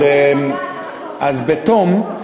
הבטיחו את,